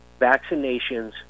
vaccinations